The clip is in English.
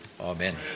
Amen